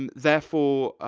and therefore,